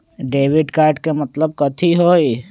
Debit card के मतलब कथी होई?